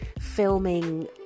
filming